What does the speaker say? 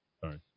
sorry